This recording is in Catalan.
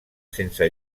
sense